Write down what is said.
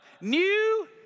New